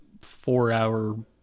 four-hour